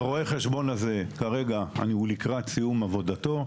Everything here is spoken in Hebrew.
רואה החשבון הזה נמצא כרגע לקראת סיום עבודתו.